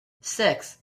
six